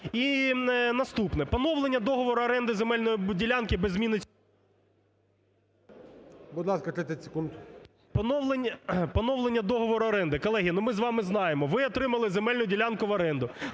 І наступне. Поновлення договору оренди земельної ділянки без зміни… ГОЛОВУЮЧИЙ. Будь ласка, 30 секунд. ІВЧЕНКО В.Є. Поновлення договору оренди. Колеги, ми з вами знаємо, ви отримали земельну ділянку в оренду,